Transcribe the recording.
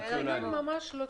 בנושאים מסוימים.